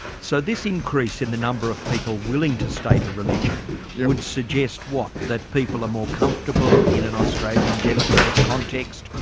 so this increase in the number of people willing to state a religion would suggest what? that people are more comfortable in an australian democratic context?